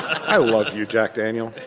i love you jack daniel.